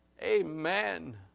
Amen